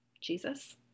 Jesus